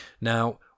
now